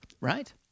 Right